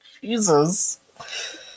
Jesus